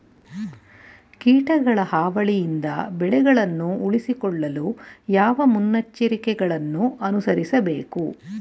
ಕೀಟಗಳ ಹಾವಳಿಯಿಂದ ಬೆಳೆಗಳನ್ನು ಉಳಿಸಿಕೊಳ್ಳಲು ಯಾವ ಮುನ್ನೆಚ್ಚರಿಕೆಗಳನ್ನು ಅನುಸರಿಸಬೇಕು?